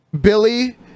Billy